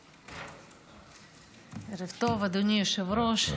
ערב טוב, אדוני היושב-ראש.